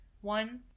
One